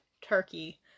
turkey